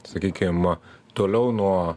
sakykim toliau nuo